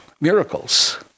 miracles